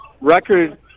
record